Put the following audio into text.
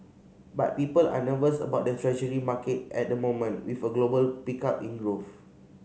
but people are nervous about the Treasury market at the moment with a global pickup in growth